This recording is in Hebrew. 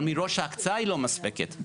אבל מראש ההקצאה היא לא מספקת,